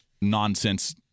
nonsense